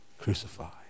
crucified